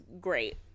great